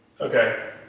Okay